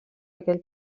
aquell